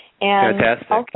Fantastic